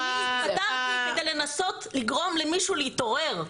אני התפטרתי כדי לנסות לגרום למישהו להתעורר.